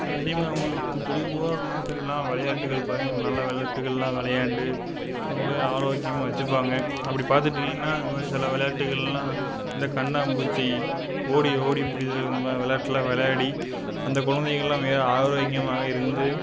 சில டைம் அவங்களுக்கு பொழுதுபோகாத நேரத்துலேலாம் விளையாட்டுகள் பயங்கர நல்ல விளையாட்டுகள்லாம் விளையாண்டு உடலை ஆரோக்கியமாக வச்சுப்பாங்க அப்படி பார்த்துக்கிட்டிங்கன்னா இந்த மாதிரி சில விளையாட்டுகள்லாம் இந்த கண்ணாம்பூச்சி ஓடி ஓடி பிடித்தல் இந்தமாதிரி விளையாட்டுலாம் விளையாடி அந்த குழந்தைங்கெல்லாம் மிக ஆரோக்கியமாக இருந்து